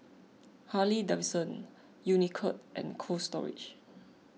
Harley Davidson Unicurd and Cold Storage